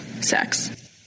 Sex